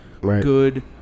good